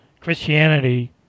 Christianity